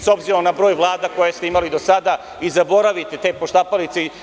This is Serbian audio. s obzirom na broj vlada koje ste imali do sada i zaboravite te poštapalice.